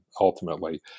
ultimately